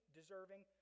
deserving